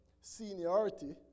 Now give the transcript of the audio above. seniority